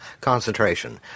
concentration